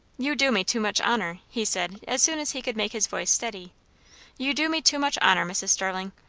you do me too much honour, he said as soon as he could make his voice steady you do me too much honour, mrs. starling.